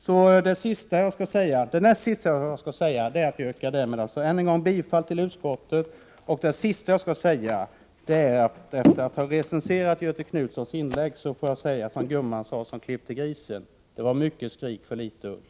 Det näst sista jag skall säga är att jag yrkar därmed än en gång bifall till utskottets hemställan. Allra sist, efter att ha recenserat Göthe Knutsons 63 inlägg, får jag säga som gumman sade som klippte grisen: Det var mycket skrik för litet ull!